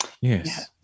Yes